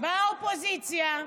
באופוזיציה.